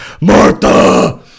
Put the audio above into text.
Martha